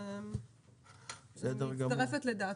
אני מצטרפת לדעתך.